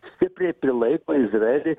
stipriai prilaiko izraelį